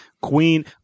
queen